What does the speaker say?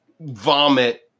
vomit